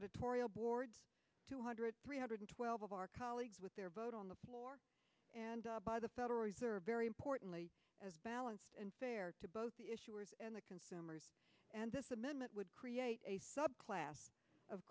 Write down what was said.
editorial board two hundred three hundred twelve of our colleagues with their vote on the floor and by the federal reserve very importantly as balanced and fair to both the issuers and the consumers and this amendment would create a subclass of